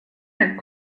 had